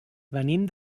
venim